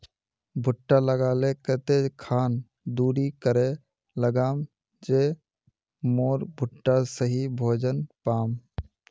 भुट्टा लगा ले कते खान दूरी करे लगाम ज मोर भुट्टा सही भोजन पाम?